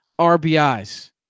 RBIs